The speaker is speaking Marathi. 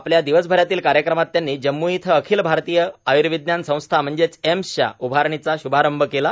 आपल्या दिवसभरातील कार्यक्रमात त्यांनी जम्म् इथं अखिल भारतीय आर्य्विज्ञान संस्था म्हणजेच एम्स च्या उभारणीचा श्भारंभ केला